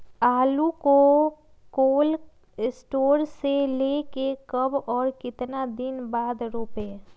आलु को cold store से ले के कब और कितना दिन बाद रोपे?